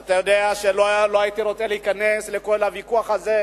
אתה יודע שלא הייתי רוצה להיכנס לכל הוויכוח הזה,